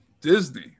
Disney